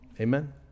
Amen